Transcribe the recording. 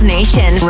Nation